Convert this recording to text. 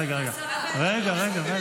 רגע, רגע.